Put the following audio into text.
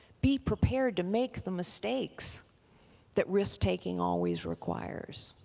be prepared to make the mistakes that risk taking always requires.